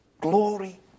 Glory